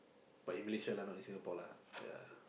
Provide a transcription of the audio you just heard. but in Malaysia lah not in Singapore lah ya